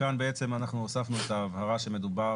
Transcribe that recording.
" כאן בעצם אנחנו הוספנו את ההבהרה שמדובר